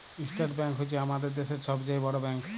state bank হছে আমাদের দ্যাশের ছব চাঁয়ে বড় ব্যাংক